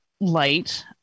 light